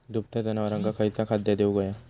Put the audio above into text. दुभत्या जनावरांका खयचा खाद्य देऊक व्हया?